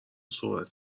صحبت